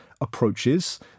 approaches